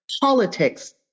politics